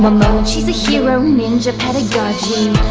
moment she's a hero, ninja, pedagogy,